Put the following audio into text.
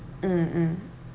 mm mm